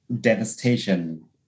devastation